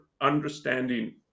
understanding